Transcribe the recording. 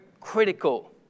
critical